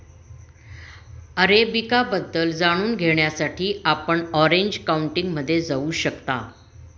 arabica बद्दल जाणून घेण्यासाठी आपण ऑरेंज काउंटीमध्ये जाऊ शकता